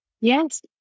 Yes